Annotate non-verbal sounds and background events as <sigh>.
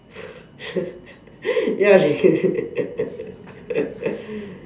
<laughs> ya dey <laughs>